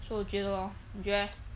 so 我觉得 lor 你觉得 leh